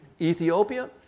Ethiopia